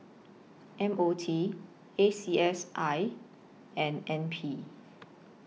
M O T A C S I and N P